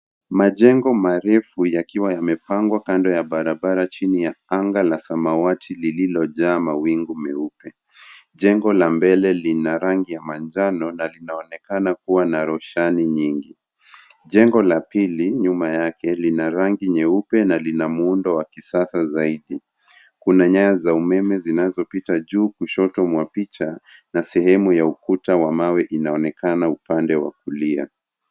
Majengo marefu yakiwa yamepangwa kando ya barabara chini ya anga la samawati lililojaa mawingu meupe. Jengo la mbele lina rangi ya manjano na linaonekana kuwa na roshani nyingi. Jengo la pili nyuma yake lina rangi nyeupe na lina muundo wa kisasa zaidi. Kuna nyaya za umeme zinazopita juu kushoto mwa picha na sehemu ya ukuta wa mawe inaonekana upande wa kulia.